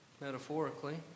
metaphorically